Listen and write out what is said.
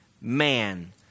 man